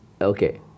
Okay